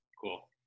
cool